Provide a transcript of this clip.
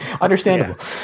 Understandable